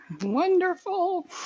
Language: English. Wonderful